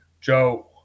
Joe